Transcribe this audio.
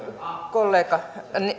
kollega